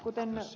kuten ed